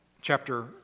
chapter